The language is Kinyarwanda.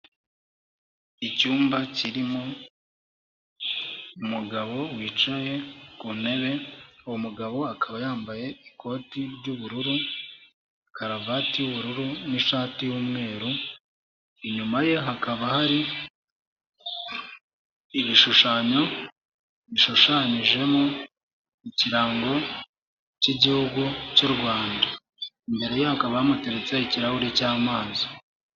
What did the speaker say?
Icyumba kirimo umugabo wicaye ku ntebe, uwo mugabo akaba yambaye ikoti ry'ubururu karuvati y'ubururu n'ishati y'umweru, inyuma ye hakaba hari igishushanyo gishushanyijemo ikirango cy'igihugu cy'u Rwanda, imbere yabo hakaba kamuteretse ikirahuri cy'amazi.